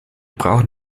brauchen